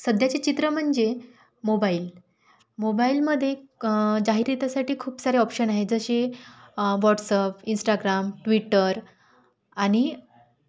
सध्याचे चित्र म्हणजे मोबाइल मोबाइलमदे क जाहिरीतीसाठी खूप सारे ऑप्शन आहेत जसे व्हाट्सअप इन्स्टाग्राम ट्विटर आणि